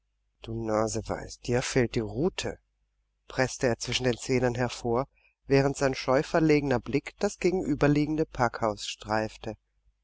du naseweis dir fehlt die rute preßte er zwischen den zähnen hervor während sein scheuverlegener blick das gegenüberliegende packhaus streifte